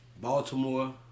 Baltimore